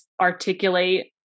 articulate